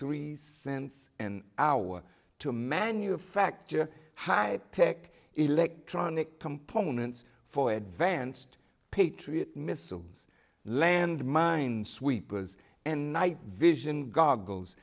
three cents an hour to manufacture had tech electronic components for advanced patriot missiles land mine sweepers and night vision goggles